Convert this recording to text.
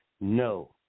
No